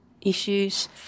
issues